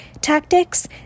tactics